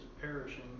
perishing